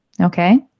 Okay